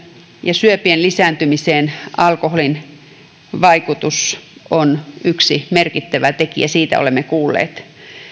ja syöpien lisääntymisessä alkoholin vaikutus on yksi merkittävä tekijä siitä olemme kuulleet